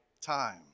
time